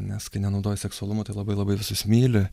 nes kai nenaudoja seksualumo tai labai labai visus myli